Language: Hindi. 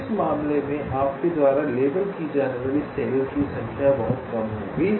तो इस मामले में आपके द्वारा लेबल की जाने वाली सेल की संख्या बहुत कम होगी